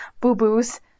boo-boos